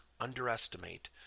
underestimate